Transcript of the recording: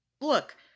Look